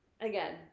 Again